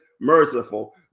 merciful